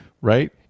right